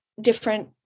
different